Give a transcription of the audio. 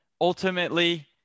Ultimately